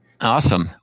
Awesome